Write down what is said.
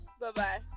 Bye-bye